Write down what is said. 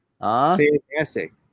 Fantastic